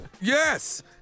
Yes